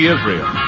Israel